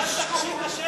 אל תכשיר את השרץ.